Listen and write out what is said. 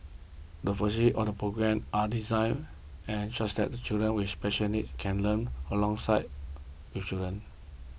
the on the programme are designed and such that children with special needs can learn alongside children